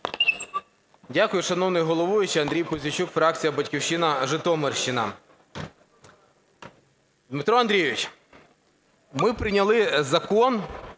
Дякую, шановний головуючий. Андрій Пузійчук, фракція "Батьківщина", Житомирщина. Дмитро Андрійович, ми прийняли закон,